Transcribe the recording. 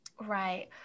Right